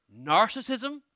narcissism